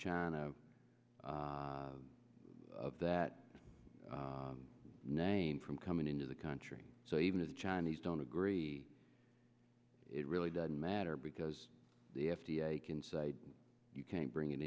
china of that name from coming into the country so even if the chinese don't agree it really doesn't matter because the f d a can say you can bring it